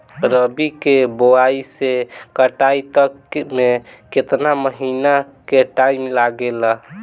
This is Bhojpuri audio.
रबी के बोआइ से कटाई तक मे केतना महिना के टाइम लागेला?